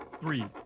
three